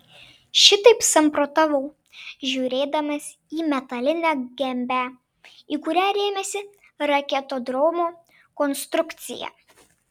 šitaip samprotavau žiūrėdamas į metalinę gembę į kurią rėmėsi raketodromo konstrukcija